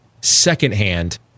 secondhand